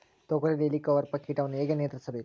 ತೋಗರಿಯಲ್ಲಿ ಹೇಲಿಕವರ್ಪ ಕೇಟವನ್ನು ಹೇಗೆ ನಿಯಂತ್ರಿಸಬೇಕು?